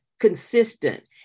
consistent